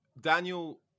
Daniel